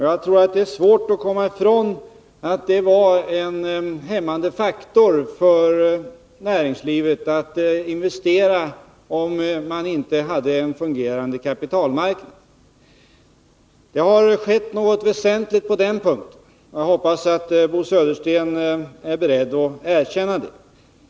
Jag tror att det är svårt att komma ifrån att det var en faktor som hämmade näringslivets investeringar att man inte hade en fungerande kapitalmarknad. Det har skett något väsentligt på den punkten, och jag hoppas att Bo Södersten är beredd att erkänna det.